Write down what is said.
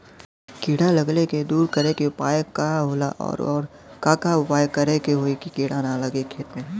कीड़ा लगले के दूर करे के उपाय का होला और और का उपाय करें कि होयी की कीड़ा न लगे खेत मे?